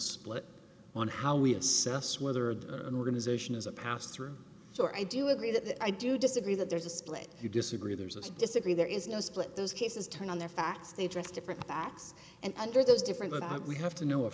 split on how we assess whether an organization is a passthrough or i do agree that i do disagree that there's a split you disagree there's a disagree there is no split those cases turn on their facts they address different facts and under those different we have to know a